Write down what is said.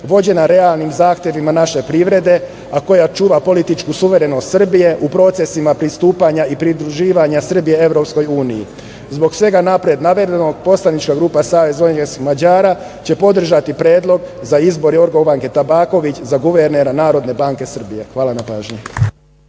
vođena realnim zahtevima naše privrede, a koja čuva političku suverenost Srbije u procesima pristupanja i pridruživanja Srbije EU. Zbog svega napred navedenom, poslanička grupa SVM će podržati predlog za izbor Jorgovanke Tabaković za guvernera Narodne banke Srbije. Hvala na pažnji.